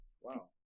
Wow